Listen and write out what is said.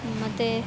ಮತ್ತು